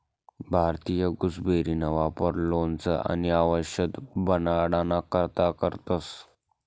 भारतीय गुसबेरीना वापर लोणचं आणि आवषद बनाडाना करता करतंस